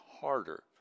harder